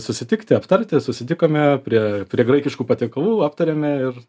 susitikti aptarti susitikome prie prie graikiškų patiekalų aptarėme ir